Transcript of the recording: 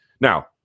Now